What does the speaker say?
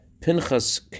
Pinchas